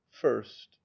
first